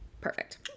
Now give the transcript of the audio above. Perfect